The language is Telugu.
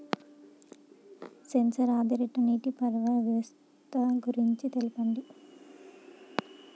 సెన్సార్ ఆధారిత నీటిపారుదల వ్యవస్థ గురించి తెల్పండి?